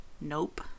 Nope